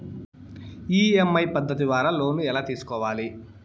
EMI పద్ధతి ద్వారా loan ఎలా తీసుకోవాలి